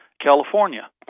California